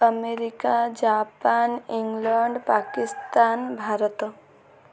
America Japan England Pakistan Bharat